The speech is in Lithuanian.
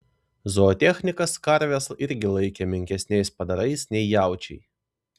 zootechnikas karves irgi laikė menkesniais padarais nei jaučiai